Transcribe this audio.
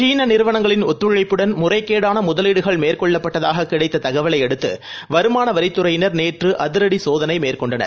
சீனநிறுவனங்களின் ஒத்துழைப்புடன் முறைகேடானமுதலீடுகள் மேற்கொள்ளப்பட்டதாககிடைத்ததகவலையடுத்துவருமானவரித்துறையினர் நேற்றுஅதிரடிசோதனைமேற்கொண்டனர்